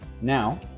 Now